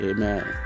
Amen